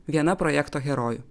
viena projekto herojų